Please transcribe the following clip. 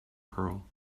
pearl